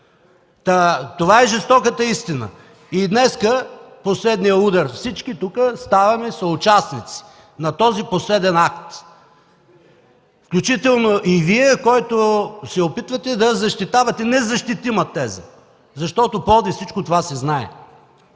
Това е жестоката истина. Днес – последният удар. Всички тук ставаме съучастници на този последен акт, включително и Вие, който се опитвате да защитавате незащитима теза, защото в Пловдив всичко това се знае.